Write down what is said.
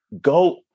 Go